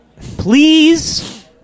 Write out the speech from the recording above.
please